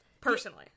Personally